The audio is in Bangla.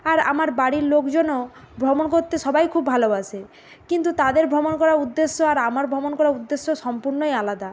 আর আমার বাড়ির লোকজনও ভ্রমণ করতে সবাই খুব ভালোবাসে কিন্তু তাদের ভ্রমণ করার উদ্দেশ্য আর আমার ভ্রমণ করার উদ্দেশ্য সম্পূর্ণই আলাদা